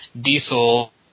Diesel